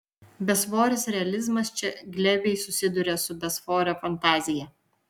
besvoris realizmas čia glebiai susiduria su besvore fantazija